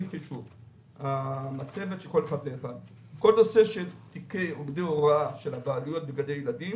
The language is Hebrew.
את כל הנושא של תיקי עובדי הוראה של הבעלויות בגני ילדים